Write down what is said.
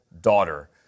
daughter